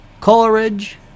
Coleridge